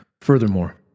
Furthermore